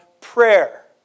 prayer